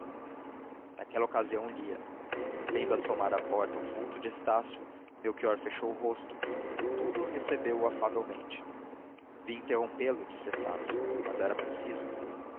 naquela ocasião lia vendo assomar à porta o vulto de estácio melchior fechou o rosto contudo recebeu-o afavelmente vim interrompê lo disse estácio mas era preciso